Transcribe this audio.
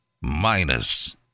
minus